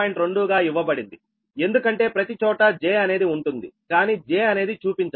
2 గా ఇవ్వబడిందిఎందుకంటే ప్రతి చోటా j అనేది ఉంటుంది కానీ j అనేది చూపించము